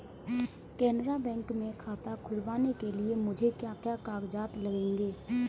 Canara bank में खाता खुलवाने के लिए मुझे क्या क्या कागजात लगेंगे?